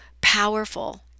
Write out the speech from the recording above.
powerful